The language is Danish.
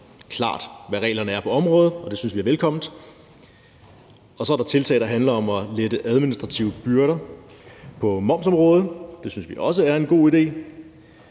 klart, hvad reglerne er på området. Det synes vi er velkomment. Så er der tiltag, der handler om at lette administrative byrder på momsområdet. Det synes vi også er en god idé.